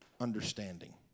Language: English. understanding